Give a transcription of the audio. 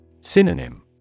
Synonym